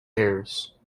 errors